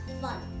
fun